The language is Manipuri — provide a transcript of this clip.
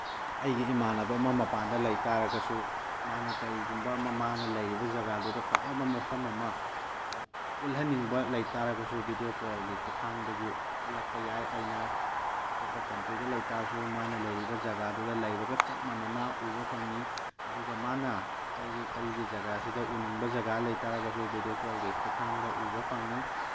ꯑꯩꯒꯤ ꯏꯃꯥꯟꯅꯕ ꯑꯃ ꯃꯄꯥꯟꯗ ꯂꯩ ꯇꯥꯔꯒꯁꯨ ꯃꯥꯅ ꯀꯔꯤꯒꯨꯝꯕ ꯃꯥꯅ ꯂꯩꯔꯤꯕ ꯖꯒꯥꯗꯨꯗ ꯐꯖꯕ ꯃꯐꯝ ꯑꯃ ꯎꯠꯍꯟꯅꯤꯡꯕ ꯂꯩ ꯇꯥꯔꯒꯁꯨ ꯚꯤꯗꯤꯑꯣ ꯀꯣꯜꯒꯤ ꯈꯨꯠꯊꯥꯡꯗꯒꯤ ꯎꯠꯂꯛꯄ ꯌꯥꯏ ꯑꯩꯅ ꯑꯇꯣꯞꯄ ꯀꯟꯇ꯭ꯔꯤꯗ ꯂꯩ ꯇꯥꯔꯒꯁꯨ ꯃꯥꯅ ꯂꯩꯔꯤꯕ ꯖꯒꯥꯗꯨꯗ ꯂꯩꯕꯒ ꯆꯞ ꯃꯥꯅꯅ ꯎꯕ ꯐꯪꯉꯤ ꯑꯗꯨꯒ ꯃꯥꯅ ꯑꯩꯒꯤ ꯑꯩꯒꯤ ꯖꯒꯥꯁꯤꯗ ꯎꯅꯤꯡꯕ ꯖꯒꯥ ꯂꯩ ꯇꯥꯔꯒꯁꯨ ꯚꯤꯗꯤꯑꯣ ꯀꯣꯜꯒꯤ ꯈꯨꯠꯊꯥꯡꯗ ꯎꯕ ꯐꯪꯉꯤ